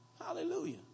Hallelujah